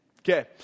Okay